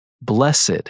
Blessed